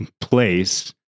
place